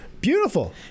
Beautiful